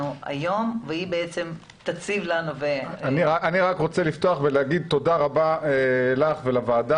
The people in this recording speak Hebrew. אני רק רוצה לפתוח ולומר תודה רבה לך ולוועדה